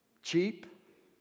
cheap